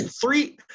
three